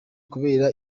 kubera